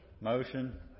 motion